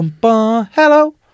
Hello